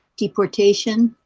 deportation,